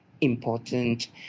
important